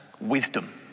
wisdom